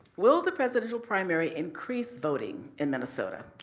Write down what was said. will the presidential primary increase voting in minnesota?